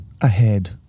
ahead